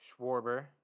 Schwarber